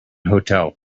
hotel